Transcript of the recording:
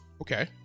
Okay